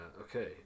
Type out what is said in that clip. Okay